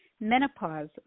Menopause